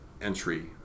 entry